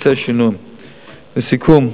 לסיכום,